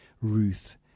Ruth